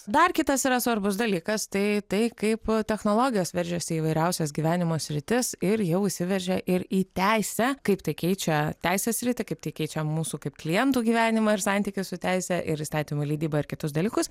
dar kitas yra svarbus dalykas tai kaip technologijos veržiasi į įvairiausias gyvenimo sritis ir jau įsiveržė ir į teisę kaip tai keičia teisės sritį kaip tai keičia mūsų kaip klientų gyvenimą ir santykius su teise ir įstatymų leidybą ir kitus dalykus